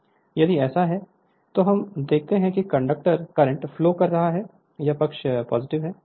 Refer Slide Time 3112 यदि ऐसा है तो हम देखते हैं कि कंडक्टर करंट फ्लो कर रहा है यह पक्ष है